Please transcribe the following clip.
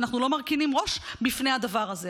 ואנחנו לא מרכינים ראש בפני הדבר הזה.